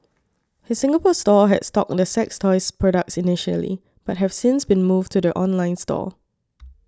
his Singapore store had stocked the sex toys products initially but have since been moved to the online store